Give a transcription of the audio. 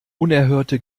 unerhörte